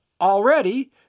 already